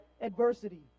adversity